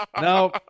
no